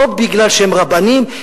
לא מפני שהם רבנים,